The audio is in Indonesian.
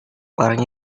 orang